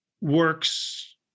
works